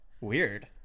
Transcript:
Weird